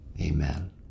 Amen